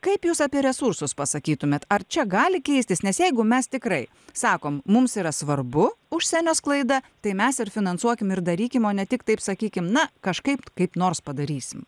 kaip jūs apie resursus pasakytumėt ar čia gali keistis nes jeigu mes tikrai sakom mums yra svarbu užsienio sklaida tai mes ir finansuokim ir darykim o ne tik taip sakykim na kažkaip kaip nors padarysim